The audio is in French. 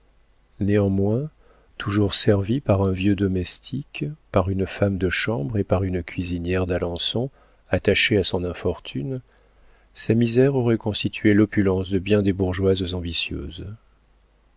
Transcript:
néanmoins toujours servie par un vieux domestique par une femme de chambre et par une cuisinière d'alençon attachés à son infortune sa misère aurait constitué l'opulence de bien des bourgeoises ambitieuses